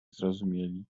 zrozumieli